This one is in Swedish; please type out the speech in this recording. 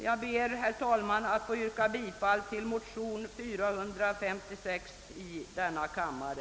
Jag ber att få yrka bifall till motionen 456 i denna kammare.